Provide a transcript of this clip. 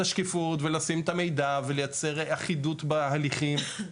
השקיפות ולשים את הידע ולייצר אחידות בהליכים.